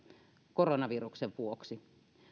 koronaviruksen vuoksi